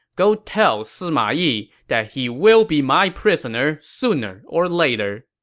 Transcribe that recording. go tell sima yi that he will be my prisoner sooner or later.